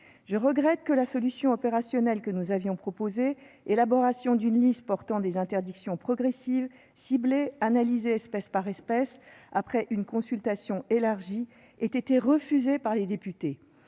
je regrette que la solution opérationnelle que nous avions proposée, à savoir l'élaboration d'une liste portant des interdictions progressives, ciblées et analysées espèce par espèce, après une consultation élargie, ait été refusée par les députés.